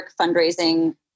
fundraising